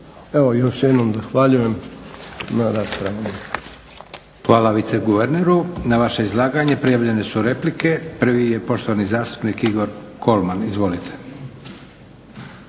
Evo još jednom zahvaljujem na raspravama. **Leko, Josip (SDP)** Hvala viceguverneru. Na vaše izlaganje prijavljene su replike. Prvi je poštovani zastupnik Igor Kolman. Izvolite.